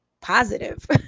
positive